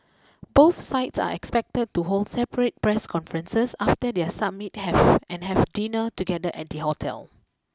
both sides are expected to hold separate press conferences after their summit have and have dinner together at the hotel